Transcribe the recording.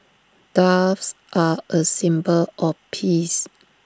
doves are A symbol of peace